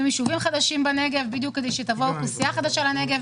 יישובים חדשים בנגב כדי שתבוא אוכלוסייה חדשה לנגב.